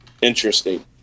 interesting